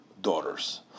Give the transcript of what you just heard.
daughters